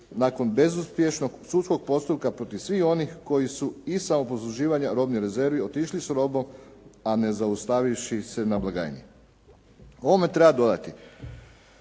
nakon bezuspješnog sudskog postupka protiv svih onih koji su iz samoposluživanja robnih rezervi otišli s robom, a ne zaustavivši se na blagajni. Ovome treba dodati